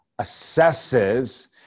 assesses